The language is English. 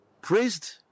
praised